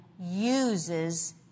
uses